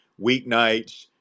weeknights